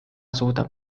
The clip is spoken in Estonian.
suudab